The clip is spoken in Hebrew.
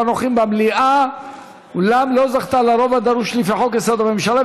הנוכחים במליאה אולם לא זכתה ברוב הדרוש לפי חוק-יסוד: הממשלה,